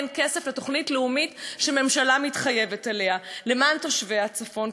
אין כסף לתוכנית לאומית שהממשלה מתחייבת אליה למען תושבי הצפון.